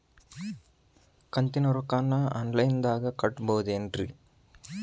ಕಂತಿನ ರೊಕ್ಕನ ಆನ್ಲೈನ್ ದಾಗ ಕಟ್ಟಬಹುದೇನ್ರಿ?